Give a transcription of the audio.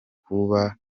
kuba